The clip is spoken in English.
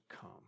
come